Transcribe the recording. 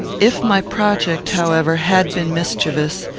if my project, however, had been mischievous,